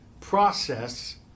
process